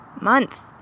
month